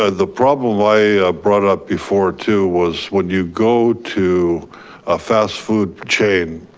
and the problem i brought up before too was when you go to a fast-food chain.